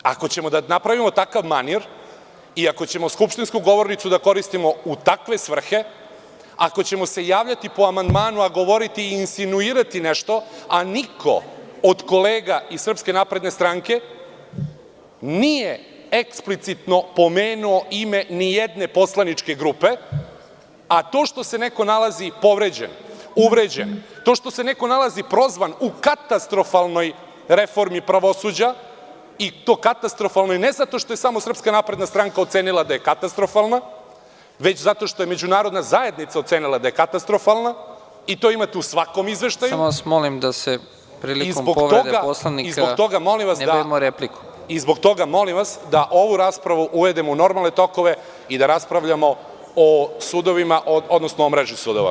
Ako ćemo da napravimo takav manir i ako ćemo skupštinsku govornicu da koristimo u takve svrhe, ako ćemo se javljati po amandmanu, a govoriti i insinuirati nešto, a niko od kolega iz Srpske napredne stranke nije eksplicitno pomenuo ime nijedne poslaničke grupe, a to što se neko nalazi povređen, uvređen, to što se neko nalazi prozvan u katastrofalnoj reformi pravosuđa, i to katastrofalnoj ne samo zato što je Srpska napredna stranka ocenila da je katastrofalna, već zato što je međunarodna zajednica ocenila da je katastrofalna i to imate u svakom izveštaju… (Predsednik: Samo vas molim da se prilikom povrede Poslovnika ne bavimo replikom.) Zbog toga, molim vas da ovu raspravu uvedemo u normalne tokove i da raspravljamo o sudovima, odnosno o mreži sudova.